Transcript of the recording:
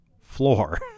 floor